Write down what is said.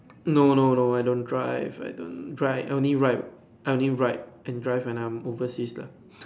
no no no I don't drive I don't drive I only ride I only ride and drive and I'm overseas lah